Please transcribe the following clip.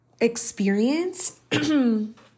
experience